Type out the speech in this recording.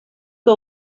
que